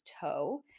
toe